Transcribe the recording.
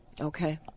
Okay